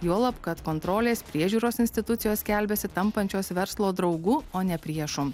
juolab kad kontrolės priežiūros institucijos skelbiasi tampančios verslo draugų o ne priešu